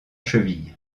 cheville